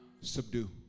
subdue